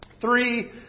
Three